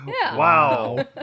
Wow